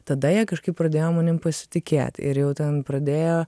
tada jie kažkaip pradėjo manim pasitikėt ir jau ten pradėjo